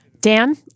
Dan